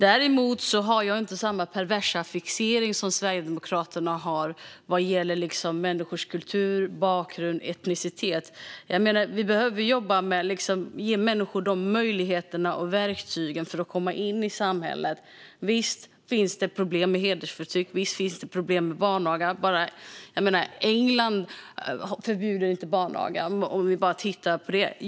Däremot har jag inte samma perversa fixering som Sverigedemokraterna vad gäller människors kultur, bakgrund och etnicitet. Vi behöver jobba med att ge människor möjligheter och verktyg för att komma in i samhället. Visst finns det problem med hedersförtryck och barnaga. England förbjuder inte barnaga. Vi kan bara titta på det.